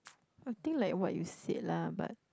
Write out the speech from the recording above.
I think like what you said lah but